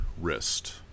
wrist